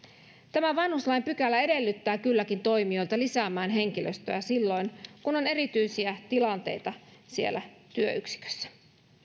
tämä vanhuslain pykälä edellyttää kylläkin toimijoita lisäämään henkilöstöä silloin kun on erityisiä tilanteita työyksikössä